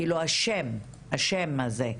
כאילו השם, השם הזה.